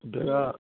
ਜਗ੍ਹਾ